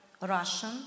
Russian